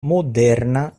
moderna